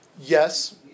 yes